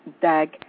Dag